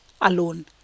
alone